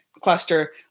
cluster